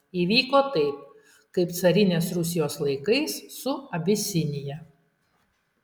įvyko taip kaip carinės rusijos laikais su abisinija